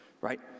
right